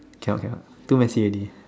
cannot cannot too messy already